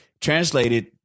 translated